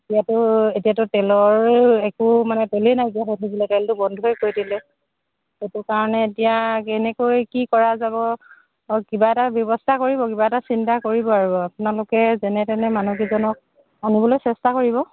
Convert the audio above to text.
এতিয়াটো এতিয়াটো তেলৰ একো মানে তেলেই নাইকিয়া হৈ থাকিলে তেলটো বন্ধই কৰি দিলে সেইটো কাৰণে এতিয়া কেনেকৈ কি কৰা যাব কিবা এটা ব্যৱস্থা কৰিব কিবা এটা চিন্তা কৰিব আৰু আপোনালোকে যেনে তেনে মানুহকেইজনক আনিবলৈ চেষ্টা কৰিব